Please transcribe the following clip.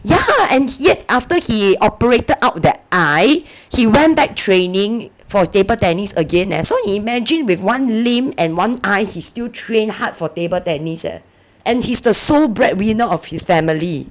ya and yet after he operated out that eye he went back training for table tennis again leh so imagine with one limb and one eye he still train hard for table tennis eh and he's the sole breadwinner of his family